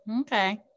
Okay